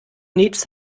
needs